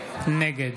נגד